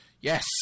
Yes